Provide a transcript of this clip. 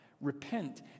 Repent